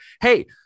hey